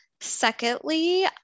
secondly